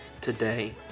today